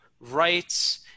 rights